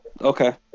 Okay